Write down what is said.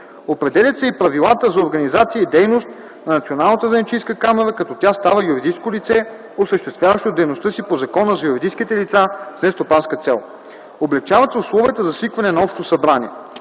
Определят се и правилата за организация и дейност на Националната занаятчийска камара, като тя става юридическо лице, осъществяващо дейността си по Закона за юридическите лица с нестопанска цел. Облекчават се условията за свикване на Общо събрание.